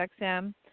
XM